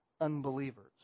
unbelievers